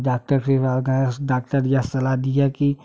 doctor के पास गए उस डॉक्टर या फिर सलाह दिया कि